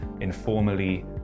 informally